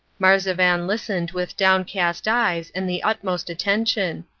marzavan listened with downcast eyes and the utmost attention.